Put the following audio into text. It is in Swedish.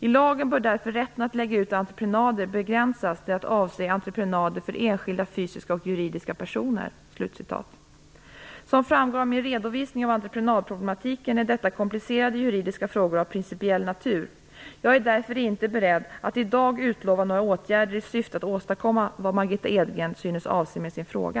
I lagen bör därför rätten att lägga ut entreprenader begränsas till att avse entreprenader för enskilda fysiska och juridiska personer." Som framgår av min redovisning av entreprenadproblematiken är detta komplicerade juridiska frågor av principiell natur. Jag är därför inte beredd att i dag utlova några åtgärder i syfte att åstadkomma vad Margitta Edgren synes avse med sin fråga.